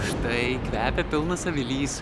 štai kvepia pilnas avilys